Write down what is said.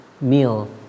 meal